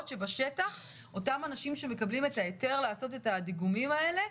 שבשטח אותם אנשים שמקבלים את ההיתר לעשות את הדיגומים האלה,